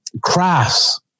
crafts